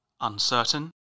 Uncertain